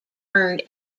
earned